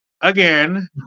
again